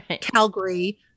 Calgary